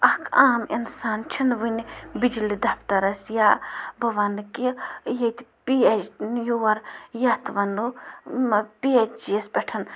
اَکھ عام اِنسان چھِنہٕ وٕنہِ بجلی دَفتَرَس یا بہٕ وَنہٕ کہِ ییٚتہِ پی اٮ۪چ یور یَتھ وَنو پی اٮ۪چ ای یَس پٮ۪ٹھ